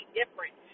different